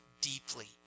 deeply